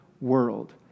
world